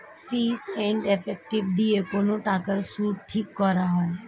fees and effective দিয়ে কোন টাকার সুদ ঠিক করা হয়